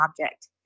object